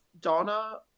Donna